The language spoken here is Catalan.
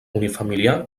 unifamiliar